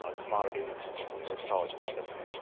ah commodity on most college campuses.